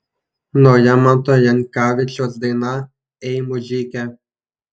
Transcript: nauja manto jankavičiaus daina ei mužike